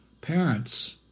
parents